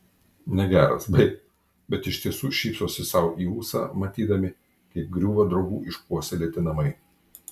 negeras baik bet iš tiesų šypsosi sau į ūsą matydami kaip griūva draugų išpuoselėti namai